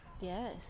Yes